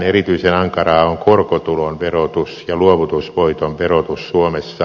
erityisen ankaraa on korkotulon verotus ja luovutusvoiton verotus suomessa